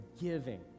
giving